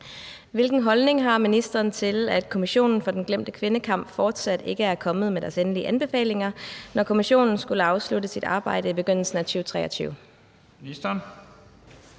Hvilken holdning har ministeren til, at Kommissionen for den glemte kvindekamp fortsat ikke er kommet med sine endelige anbefalinger, når kommissionen skulle afslutte sit arbejde i begyndelsen af 2023?